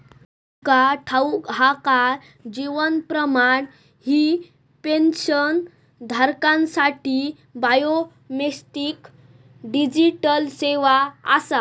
तुमका ठाऊक हा काय? जीवन प्रमाण ही पेन्शनधारकांसाठी बायोमेट्रिक डिजिटल सेवा आसा